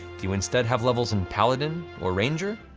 do you instead have levels in paladin, or ranger?